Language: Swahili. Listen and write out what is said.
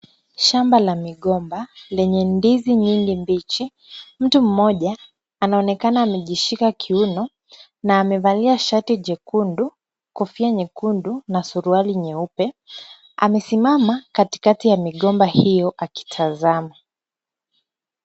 Shamba la migomba lenye ndizi nyingi mbichi. Mtu mmoja anaonekana amejishika kiuno na amevalia shati jekundu, kofia nyekundu na suruali nyeupe. Amesimama katikati ya migomba hiyo akitazama.